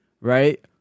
right